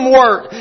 work